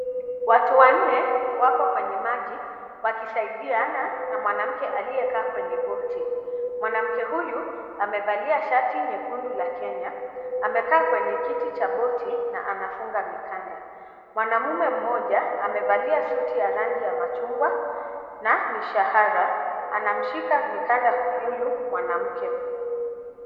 Watu wanne wako kwennye maji wakisaidiana na mwanamke aliyekaa kwenye boat [css] . Mwanamke huyu amevalia shati jekundu la Kenya amekaa kwenye kiti cha boat na anafunga mikanda. Mwanaume mmoja amevalia suti ya rangi ya machungwa na mishahara anamshika mikanda huyu mwanamke.